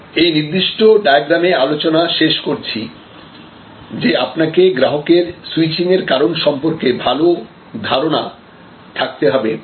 এই নির্দিষ্ট ডায়াগ্রামে আলোচনা শেষ করছি যে আপনাকে গ্রাহকের সুইচিং এর কারণ সম্পর্কে ভালো ধারণা থাকতে হবে